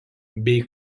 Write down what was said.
bei